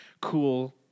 cool